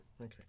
okay